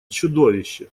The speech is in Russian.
чудовище